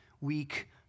weak